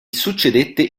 succedette